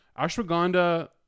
Ashwagandha